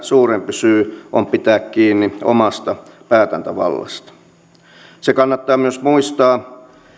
suurempi syy on pitää kiinni omasta päätäntävallasta se kannattaa myös muistaa